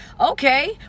okay